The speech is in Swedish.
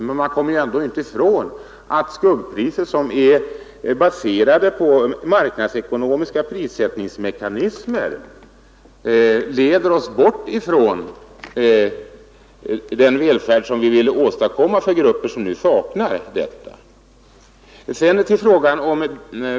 Men man kommer ändå inte ifrån att skuggpriser som är baserade på marknadsekonomiska prissättningsmekanismer leder oss bort ifrån den välfärd vi vill åstadkomma för grupper som saknar denna.